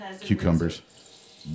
cucumbers